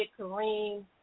Kareem